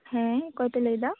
ᱦᱮᱸ ᱚᱠᱚᱭ ᱯᱮ ᱞᱟᱹᱭ ᱮᱫᱟ